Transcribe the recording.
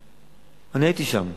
אני הייתי שם,